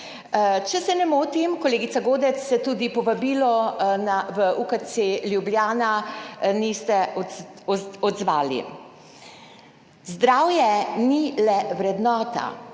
Če se ne motim, kolegica Godec, se tudi povabilu v UKC Ljubljana niste odzvali. Zdravje ni le vrednota,